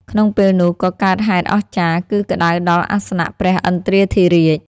ក្នុងពេលនោះក៏កើតហេតុអស្ចារ្យ គឺក្តៅដល់អសនៈព្រះឥន្ទ្រាធិរាជ។